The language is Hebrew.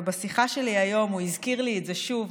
ובשיחה שלי איתו היום הוא הזכיר לי את זה שוב,